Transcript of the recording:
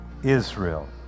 Israel